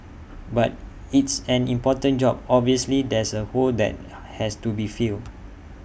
but it's an important job obviously there's A hole that has to be filled